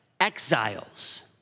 exiles